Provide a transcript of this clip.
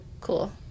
Cool